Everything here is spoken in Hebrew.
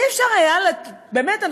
באמת,